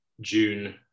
June